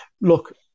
look